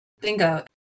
Bingo